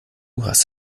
hast